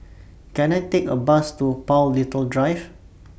Can I Take A Bus to Paul Little Drive